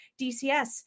DCS